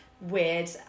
weird